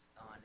on